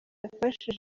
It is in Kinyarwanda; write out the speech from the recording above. yafashe